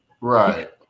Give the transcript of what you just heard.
Right